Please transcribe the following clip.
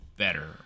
Better